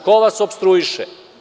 Ko vas opstruiše?